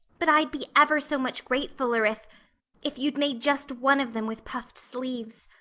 but i'd be ever so much gratefuller if if you'd made just one of them with puffed sleeves.